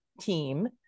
team